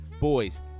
Boys